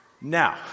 Now